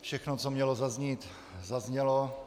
Všechno, co mělo zaznít, zaznělo.